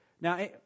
Now